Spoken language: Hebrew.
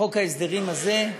בחוק ההסדרים הזה,